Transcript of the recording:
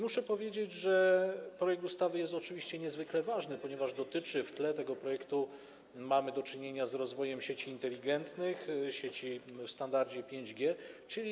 Muszę powiedzieć, że projekt ustawy jest oczywiście niezwykle ważny, ponieważ w tle tego projektu mamy do czynienia z rozwojem sieci inteligentnych, sieci w standardzie 5G.